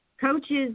coaches